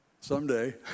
someday